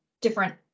different